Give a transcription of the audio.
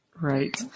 Right